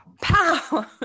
pow